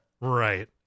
right